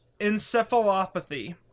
encephalopathy